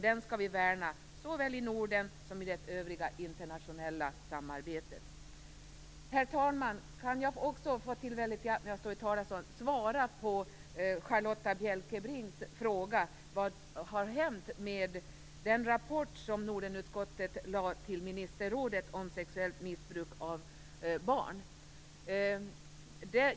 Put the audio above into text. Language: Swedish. Den skall vi värna såväl i Norden som i det övriga internationella samarbetet. Herr talman! Jag vill också här i talarstolen svara på Charlotta L Bjälkebrings fråga om vad som har hänt med den rapport som Nordenutskottet lade fram för ministerrådet om sexuellt utnyttjande av barn.